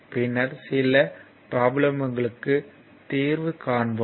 பின்னர் சில ப்ரோப்லேம்களுக்கு தீர்வு காண்போம்